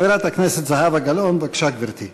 חברת הכנסת זהבה גלאון, בבקשה, גברתי.